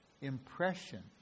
impression